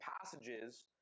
passages